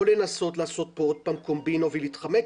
לא לנסות לעשות פה עוד פעם קומבינה ולהתחמק,